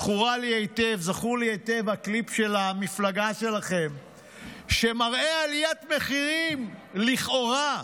זכור לי היטב הקליפ של המפלגה שלכם שמראה עליית מחירים לכאורה,